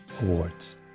awards